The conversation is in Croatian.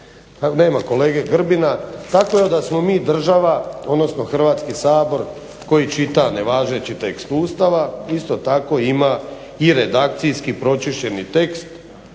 Nema kolege Grbina. Tako da smo mi država odnosno Hrvatski sabor koji čita nevažeći tekst Ustava, isto tako ima i redakcijski pročišćeni tekst